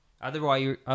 Otherwise